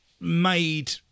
Made